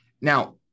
Now